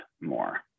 more